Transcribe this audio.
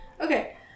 Okay